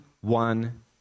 one